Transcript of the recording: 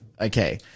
okay